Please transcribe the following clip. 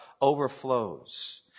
overflows